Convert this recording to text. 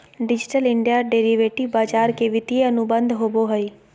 digital India derivative बाजार के वित्तीय अनुबंध होबो हइ